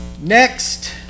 Next